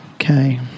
Okay